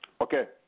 Okay